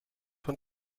von